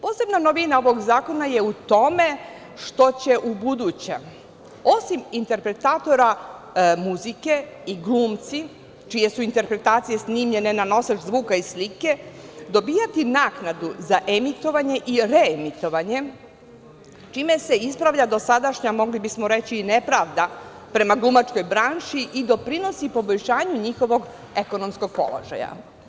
Posebna novina zakona je u tome što će ubuduće, osim interpretatora muzike, i glumci čije su interpretacije snimljene na nosač zvuka i slike dobijati naknadu za emitovanje i reemitovanje, čime se ispravlja dosadašnja mogli bismo reći i nepravda prema glumačkoj branši i doprinosi poboljšanju njihovog ekonomskog položaja.